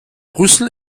brüssel